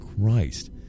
Christ